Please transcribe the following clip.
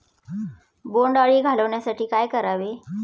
बोंडअळी घालवण्यासाठी काय करावे?